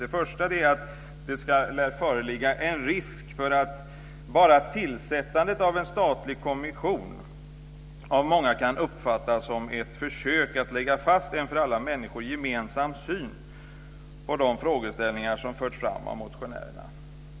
Det första är att det ska föreligga "en risk för att bara tillsättandet av en statlig kommission av många kan uppfattas som ett försök att lägga fast en för alla människor gemensam syn på de frågeställningar som förts fram av motionärerna."